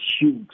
huge